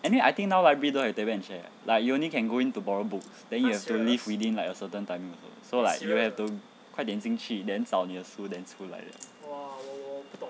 and then I think now library don't have table and chair like you only can go in to borrow books then you have to leave within like a certain timing also so like you have to 快点进去 then 找你的书 then 去来了